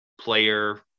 player